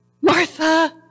Martha